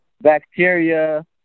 bacteria